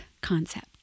concept